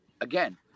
again